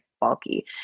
bulky